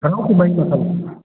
ꯍꯔꯥꯎ ꯀꯨꯝꯍꯩ ꯃꯈꯜ